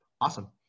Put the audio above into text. awesome